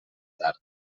tard